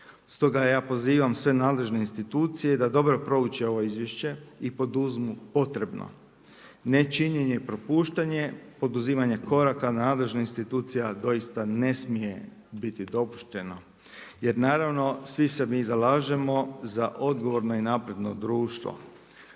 Stoga ja pozivam sve nadležne institucije da dobro prouče ovo izvješće i poduzmu potrebno. Nečinjenje, propuštanje, poduzimanje koraka nadležnih institucija doista ne smije biti dopušteno jer naravno svi se mi zalažemo za odgovorno i napredno društvo.